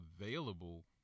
available